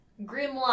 Grimlock